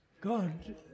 God